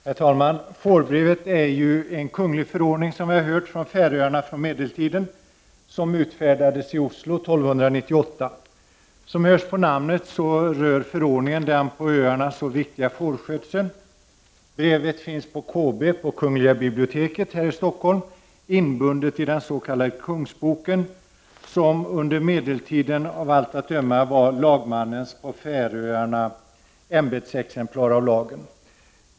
Herr talman! Fårbrevet är, som vi har hört, en kunglig färöisk förordning från medeltiden, vilken utfärdades i Oslo 1298. Som framgår av namnet rör förordningen den på öarna så viktiga fårskötseln. Brevet finns på KB, kungl. biblioteket, här i Stockholm, inbundet i den s.k. Kungsboken, som under medeltiden av allt att döma var den färöiske lagmannens ämbetsexemplar av lagen.